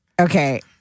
okay